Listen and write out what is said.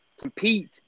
compete